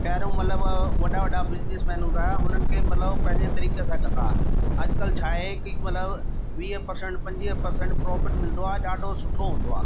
पहिरियों मतिलबु वॾा वॾा बिज़िनिसमेन हूंदा हुया उन्हनि खे मतिलबु पंहिंजे तरीक़े सां कंदा हुआ अॼु कल्ह छा आहे की मतिलबु वीह परसंट पंजवीह परसंट मिलंदो आहे ॾाढो सुठो हूंदो आहे